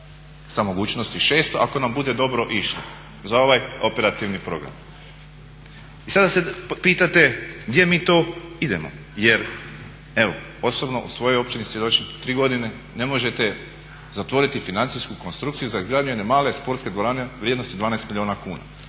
sa mogućnosti 600 ako nam bude dobro išlo za ovaj operativni program. I sada se pitate gdje mi to idemo? Jer evo osobno u svojoj općini svjedočim 3 godine ne možete zatvoriti financijsku konstrukciju za izgradnju jedne male sportske dvorane u vrijednosti 12 milijuna kuna.